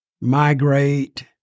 migrate